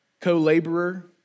co-laborer